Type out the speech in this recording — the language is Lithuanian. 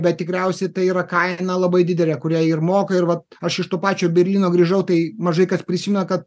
bet tikriausiai tai yra kaina labai didelė kurią ir moka ir vat aš iš to pačio berlyno grįžau tai mažai kas prisimena kad